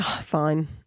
fine